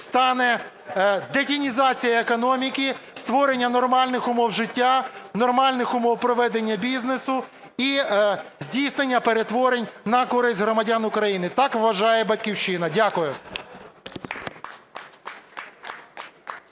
стане детінізація економіки, створення нормальних умов життя, нормальних умов проведення бізнесу і здійснення перетворень на користь громадян України. Так вважає "Батьківщина". Дякую.